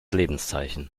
lebenszeichen